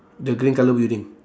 the green colour building